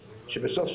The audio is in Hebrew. שסוף,